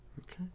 Okay